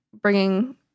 bringing